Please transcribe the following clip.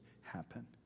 happen